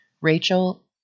Rachel